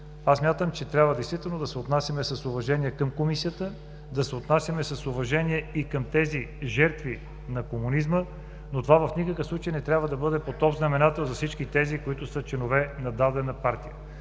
Аз смятам, че трябва действително да се отнасяме с уважение към Комисията, да се отнасяме с уважение и към тези жертви на комунизма, но това в никакъв случай не трябва да бъде под общ знаменател за всички тези, които са членове на дадена партия.